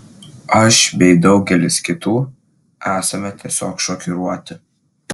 aš bei daugelis kitų esame tiesiog šokiruoti